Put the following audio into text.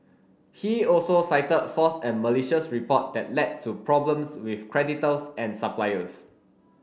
he also cited false and malicious report that led to problems with creditors and suppliers